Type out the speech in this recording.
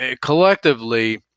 collectively